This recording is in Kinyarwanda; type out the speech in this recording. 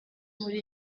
muri